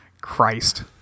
Christ